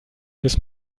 bis